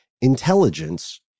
intelligence